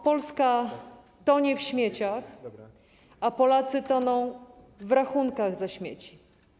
Polska tonie w śmieciach, a Polacy toną w rachunkach za śmieci.